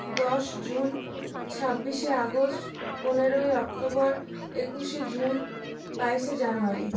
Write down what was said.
দশ জুন ছাব্বিশে আগস্ট পনেরোই অক্টোবর একুশে জুন বাইশে জানুয়ারি